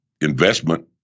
investment